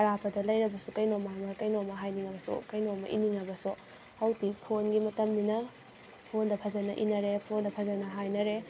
ꯑꯔꯥꯞꯄꯗ ꯂꯩꯔꯕꯁꯨ ꯀꯩꯅꯣꯝꯃ ꯀꯩꯅꯣꯝꯃ ꯍꯥꯏꯅꯤꯡꯉꯕꯁꯨ ꯀꯩꯅꯣꯝꯃ ꯏꯅꯤꯡꯉꯕꯁꯨ ꯍꯧꯖꯤꯛꯇꯤ ꯐꯣꯟꯒꯤ ꯃꯇꯝꯅꯤꯅ ꯐꯣꯟꯗ ꯐꯖꯅ ꯏꯅꯔꯦ ꯐꯣꯟꯗ ꯐꯖꯅ ꯍꯥꯏꯅꯔꯦ